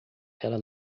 ela